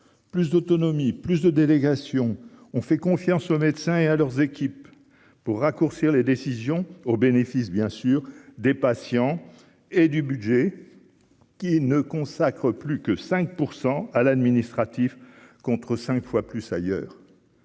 plus d'autonomie, plus de délégation, on fait confiance aux médecins et à leurs équipes pour raccourcir les décisions au bénéfice bien sûr des patients et du budget qui ne consacre plus que 5 % à l'administratif contre 5 fois plus ailleurs